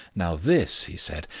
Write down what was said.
now this, he said,